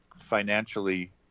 financially